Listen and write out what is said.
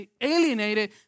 alienated